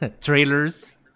trailers